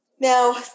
Now